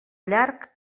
llarg